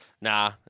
Nah